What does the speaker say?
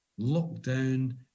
lockdown